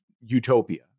utopia